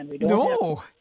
No